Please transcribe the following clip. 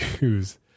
use